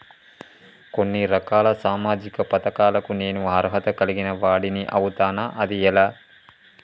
కొన్ని రకాల సామాజిక పథకాలకు నేను అర్హత కలిగిన వాడిని అవుతానా? అది ఎలా?